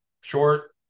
Short